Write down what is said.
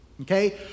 Okay